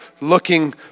looking